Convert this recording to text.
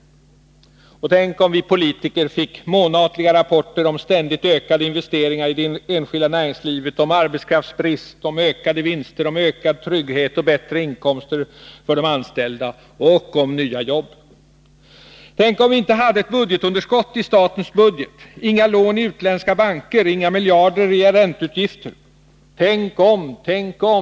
Tänk om vi politiker fick månatliga rapporter om ständigt ökade investeringar i det enskilda näringslivet, om arbetskraftsbrist, om ökade vinster, om ökad trygghet och bättre inkomster för de anställda och om nya jobb! Tänk om vi inte hade ett budgetunderskott i statens budget, inga lån i utländska banker, inga miljarder i ränteutgifter! Tänk om, tänk om.